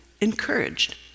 encouraged